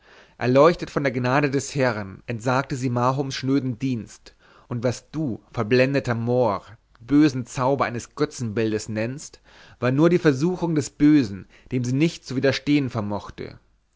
erleuchtet von der gnade des herrn entsagte sie mahoms schnödem dienst und was du verblendeter mohr bösen zauber eines götzenbildes nennst war nur die versuchung des bösen dem sie nicht zu widerstehen vermochte